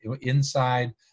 inside